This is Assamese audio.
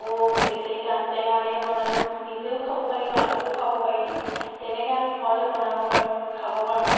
আকৌ টেটেলী টেঙ টেঙা এনেকে বনালোঁ নিজেও খাব পাৰিলোঁ আনকো খুৱাব পাৰিলোঁ তেনেকে আমি ঘৰতে বনাব পাৰোঁ খাব পাৰোঁ